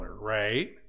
right